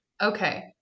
Okay